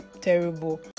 terrible